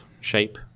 shape